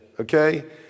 okay